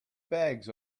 bags